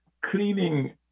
cleaning